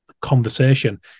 conversation